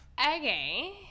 Okay